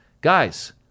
guys